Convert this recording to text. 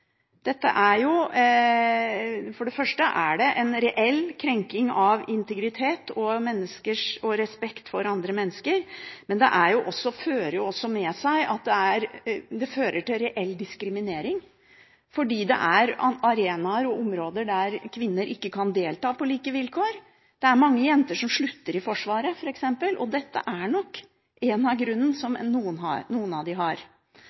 For det første er det en reell krenking av integritet og respekten for andre mennesker, men det fører også til reell diskriminering fordi det er arenaer og områder der kvinner ikke kan delta på like vilkår. Det er mange jenter som slutter i Forsvaret, f.eks., og dette er nok en av grunnene som noen av dem har.